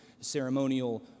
ceremonial